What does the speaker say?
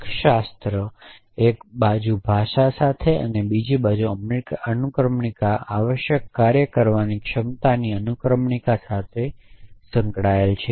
તર્કશાસ્ત્ર એક બાજુ ભાષા સાથે અને બીજી બાજુ અનુક્રમણિકા આવશ્યક કાર્ય કરવાની ક્ષમતાની અનુક્રમણિકા સાથે સંકળાયેલ છે